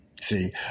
See